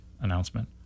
announcement